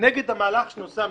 נגד המהלך של נושא המתמחים.